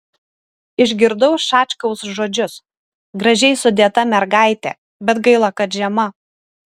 išgirdau šačkaus žodžius gražiai sudėta mergaitė bet gaila kad žema